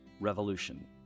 Revolution